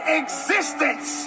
existence